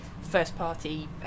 first-party